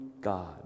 God